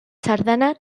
sardana